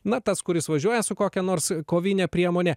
na tas kuris važiuoja su kokia nors kovine priemone